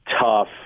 tough